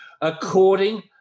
according